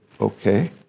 okay